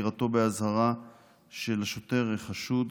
חקירתו באזהרה של השוטר החשוד,